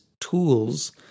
tools